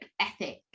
ethic